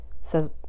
says